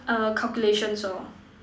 err calculations lor